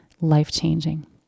life-changing